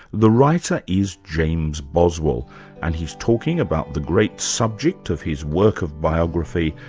the writer is james boswell and he's talking about the great subject of his work of biography,